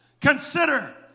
Consider